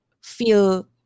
feel